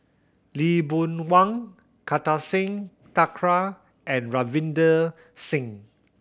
Lee Boon Wang Kartar Singh Thakral and Ravinder Singh